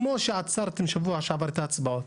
כמו שעצרתם בשבוע שעבר את ההצבעות,